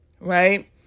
right